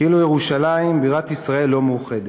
כאילו ירושלים בירת ישראל לא מאוחדת,